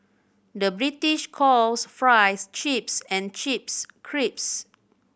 the British calls fries chips and chips crisps